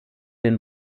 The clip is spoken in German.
den